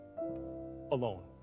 alone